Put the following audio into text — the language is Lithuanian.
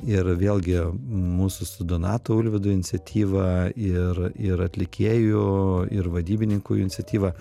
ir vėlgi mūsų su donatu ulvydu iniciatyva ir ir atlikėjų ir vadybininkų iniciatyva